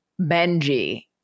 Benji